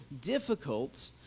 difficult